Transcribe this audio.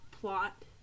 plot